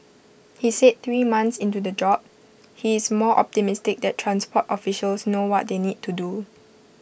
he said three months into the job he is more optimistic that transport officials know what they need to do